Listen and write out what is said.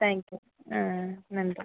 thank you ஆ நன்றி